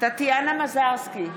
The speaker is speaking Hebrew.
טטיאנה מזרסקי,